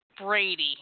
Brady